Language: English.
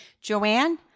Joanne